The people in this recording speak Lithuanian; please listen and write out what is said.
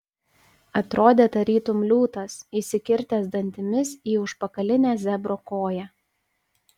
atrodė tarytum liūtas įsikirtęs dantimis į užpakalinę zebro koją